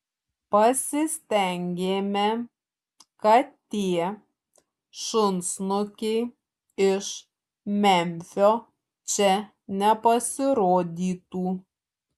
pasistengėme kad tie šunsnukiai iš memfio čia nepasirodytų